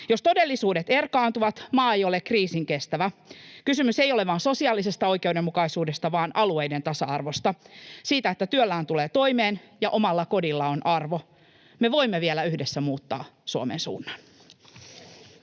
Jos todellisuudet erkaantuvat, maa ei ole kriisinkestävä. Kysymys ei ole vain sosiaalisesta oikeudenmukaisuudesta, vaan alueiden tasa-arvosta, siitä, että työllään tulee toimeen ja omalla kodilla on arvo. Me voimme vielä yhdessä muuttaa Suomen suunnan.